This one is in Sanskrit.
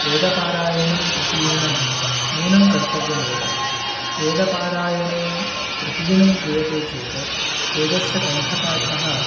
वेदपारायणं प्रतिदिनं नूनं कर्तव्यमेव वेदपारायणं प्रतिदिनं क्रियते चेत् वेदस्य कण्ठपाठः